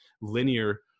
linear